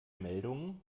meldungen